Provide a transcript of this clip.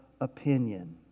opinion